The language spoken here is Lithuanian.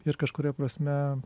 ir kažkuria prasme